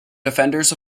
defenders